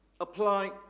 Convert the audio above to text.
apply